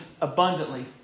abundantly